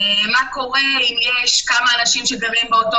מה קורה אם יש כמה אנשים שגרים באותו